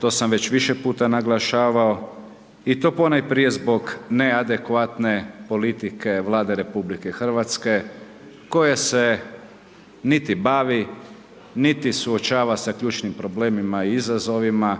to sam već više puta naglašavao i to ponajprije zbog neadekvatne politike Vlade RH koja se niti bavi niti suočava sa ključnim problemima i izazovima